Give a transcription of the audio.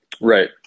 Right